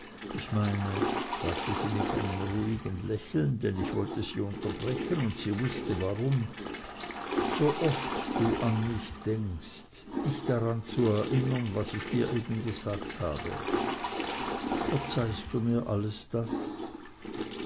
ich meine sagte sie mit einem ruhigen lächeln denn ich wollte sie unterbrechen und sie wußte warum so oft du an mich denkst dich daran zu erinnern was ich dir eben gesagt habe verzeihst du mir alles das